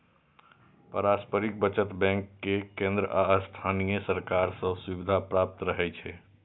पारस्परिक बचत बैंक कें केंद्र आ स्थानीय सरकार सं सुविधा प्राप्त रहै छै